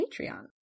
Patreon